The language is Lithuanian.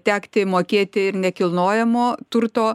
tekti mokėti ir nekilnojamo turto